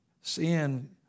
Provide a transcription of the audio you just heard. Sin